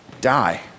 die